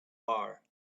bar